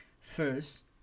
first